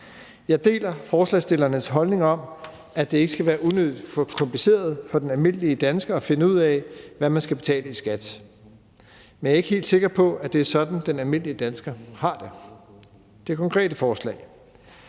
Jeg deler forslagsstillernes holdning om, at det ikke skal være unødig kompliceret for den almindelige dansker at finde ud af, hvad man skal betale i skat. Men jeg er ikke helt sikker på, at det er sådan, den almindelige dansker har det. Så kommer jeg til det konkrete forslag.